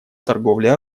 торговле